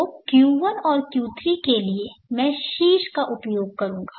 तो Q1 और Q3 के लिए मैं शीर्ष का उपयोग करूंगा